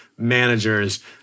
managers